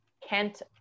Kent